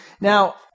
Now